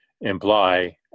imply